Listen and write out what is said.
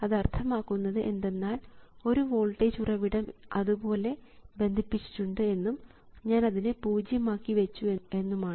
അത് അർത്ഥമാക്കുന്നത് എന്തെന്നാൽ ഒരു വോൾട്ടേജ് ഉറവിടം അതുപോലെ ബന്ധിപ്പിച്ചിട്ടുണ്ട് എന്നും ഞാൻ അതിനെ പൂജ്യം ആക്കി വെച്ചു എന്നുമാണ്